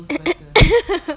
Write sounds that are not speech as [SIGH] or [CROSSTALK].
[NOISE] [LAUGHS]